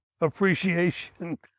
appreciation